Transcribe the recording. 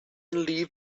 leave